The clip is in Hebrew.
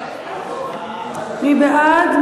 מי בעד?